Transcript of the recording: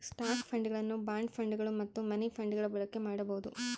stock ಫಂಡ್ಗಳನ್ನು bond ಫಂಡ್ಗಳು ಮತ್ತು ಮನಿ ಫಂಡ್ಗಳ ಬಳಕೆ ಮಾಡಬೊದು